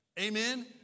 Amen